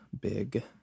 Big